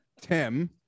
Tim